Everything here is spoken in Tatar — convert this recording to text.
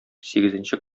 сигезенче